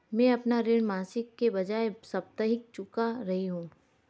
मैं अपना ऋण मासिक के बजाय साप्ताहिक चुका रही हूँ